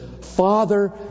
father